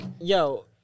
Yo